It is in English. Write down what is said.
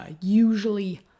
usually